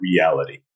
Reality